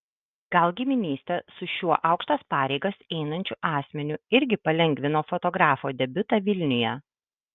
gal giminystė su šiuo aukštas pareigas einančiu asmeniu irgi palengvino fotografo debiutą vilniuje